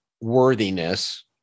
worthiness